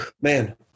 man